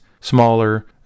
smaller